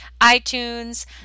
iTunes